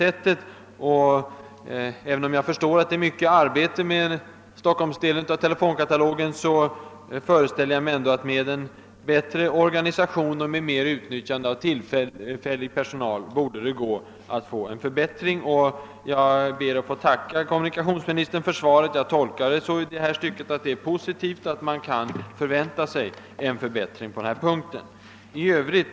Även om jag förstår att det är mycket arbete med Stockholmsdelen av telefonkatalogen, föreställer jag mig att med en bättre organisation och ett vidgat utnyttjande av tillfällig personal borde det gå att få en förbättring. Jag ber att få tacka kommunikationsministern för svaret. Jag tolkar det som positivt när det gäller första frågan och väntar mig alltså en förbättring, d.v.s. snabbare utgivning.